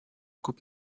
coupe